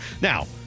Now